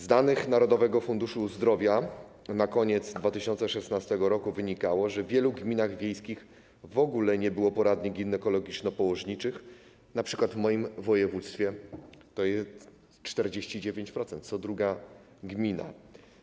Z danych Narodowego Funduszu Zdrowia na koniec 2016 r. wynikało, że w wielu gminach wiejskich w ogóle nie było poradni ginekologiczno-położniczych, np. w moim województwie w 49% gmin, w co drugiej gminie.